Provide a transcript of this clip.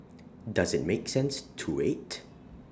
does IT make sense to wait